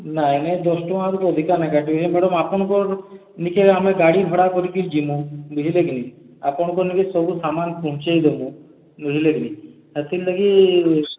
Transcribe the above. ନାଇଁ ନାଇଁ ଦଶ ଟଙ୍କାରୁ ଅଧିକା ନାଇଁ କାଟିବି ମ୍ୟାଡ଼ାମ୍ ଆପଣ କେଉଁଠୁ ନିକେ ଆମେ ଗାଡ଼ି ଭଡ଼ା କରି କି ଯିବୁଁ ବୁଝିଲେ କି ନାଇଁ ଆପଣଙ୍କ ନିକେ ସବୁ ସାମାନ୍ ପହଞ୍ଚେଇ ଦେମୁ ବୁଝିଲେ କି ନାଇଁ ସେଥିର୍ଲାଗି